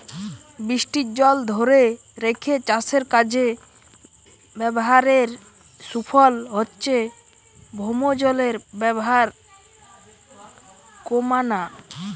বৃষ্টির জল ধোরে রেখে চাষের কাজে ব্যাভারের সুফল হচ্ছে ভৌমজলের ব্যাভার কোমানা